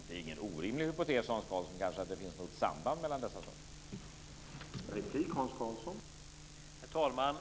Det är ingen orimlig hypotes, Hans Karlsson, att det finns något samband mellan dessa saker.